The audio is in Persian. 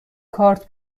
کارت